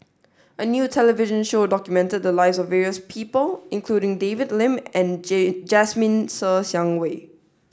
a new television show documented the lives of various people including David Lim and Jasmine Ser Xiang Wei